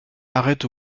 arrête